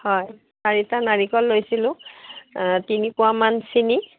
হয় চাৰিটা নাৰিকল লৈছিলোঁ তিনি পোৱা মান চেনি